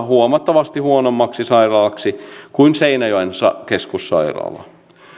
huomattavasti huonommaksi sairaalaksi kuin seinäjoen keskussairaala